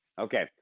Okay